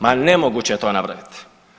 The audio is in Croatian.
Ma nemoguće je to napraviti!